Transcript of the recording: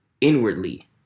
inwardly